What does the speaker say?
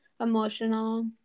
Emotional